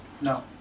No